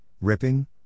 ripping